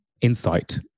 insight